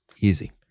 easy